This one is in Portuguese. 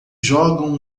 jogam